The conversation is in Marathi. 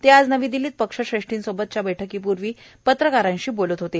ते आज नवी दिल्लीत पक्षश्रेश्ठींसोबतच्या बैठकीपूर्वी पत्रकारांषी बोलत होते